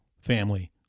family